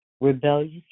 rebellious